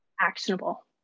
actionable